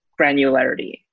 granularity